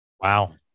Wow